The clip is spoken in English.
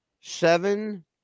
seven